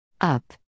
up